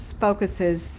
focuses